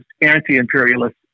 anti-imperialist